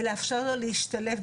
ולאפשר לו להשתלב,